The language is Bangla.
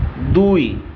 দুই